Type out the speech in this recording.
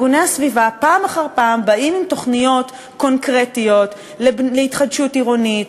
ארגוני הסביבה פעם אחר פעם באים עם תוכניות קונקרטיות להתחדשות עירונית,